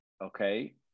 okay